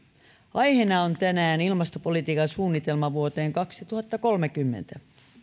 aiheena on tänään ilmastopolitiikan suunnitelma vuoteen kaksituhattakolmekymmentä